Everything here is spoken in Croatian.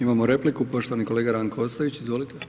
Imamo repliku poštovani kolega Ranko Ostojić.